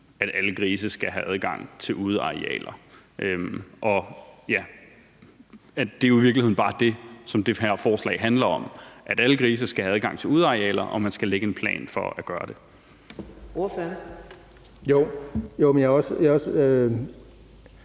at alle grise skal have adgang til udearealer, og at det jo i virkeligheden bare er det, som det her forslag handler om – at alle grise skal have adgang til udearealer, og at man skal lægge en plan for at gøre det sådan. Kl. 15:27 Fjerde